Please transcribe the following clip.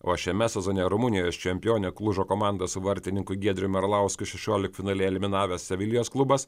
o šiame sezone rumunijos čempionė klužo komanda su vartininku giedrium arlauskiu šešioliktfinalyje eliminavęs sevilijos klubas